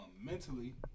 mentally